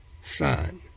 Son